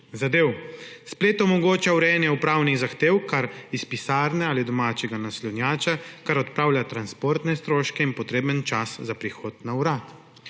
zadev. Splet omogoča urejanje upravnih zahtev kar iz pisarne ali domačega naslonjača, kar odpravlja transportne stroške in potreben čas za prihod na urad.